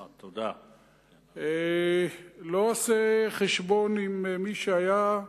לא עושה חשבון עם מי שהיה.